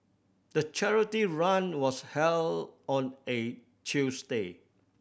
the charity run was held on a Tuesday